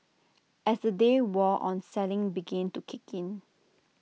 as the day wore on selling begin to kick in